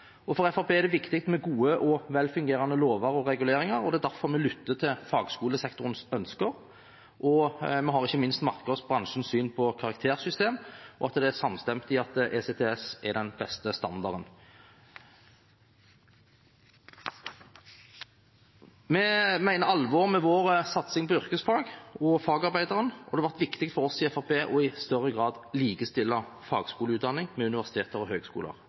For Fremskrittspartiet er det viktig med gode og velfungerende lover og reguleringer, og det er derfor vi lytter til fagskolesektorens ønsker. Vi har ikke minst merket oss bransjens syn på karaktersystem, og at man er samstemt i at ECTS er den beste standarden. Vi mener alvor med vår satsing på yrkesfagene og fagarbeideren, og det har vært viktig for oss i Fremskrittspartiet i større grad å likestille fagskoleutdanning med universitets- og